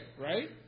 right